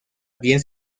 bien